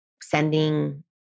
sending